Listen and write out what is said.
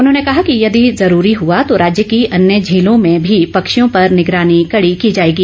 उन्होंने कहा कि यदि जरूरी हुआ तो राज्य की अन्य झीलों में भी पक्षियों पर निगरानी कड़ी की जाएगी